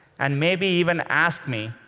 and maybe even ask me,